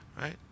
right